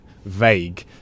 Vague